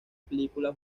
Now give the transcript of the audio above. película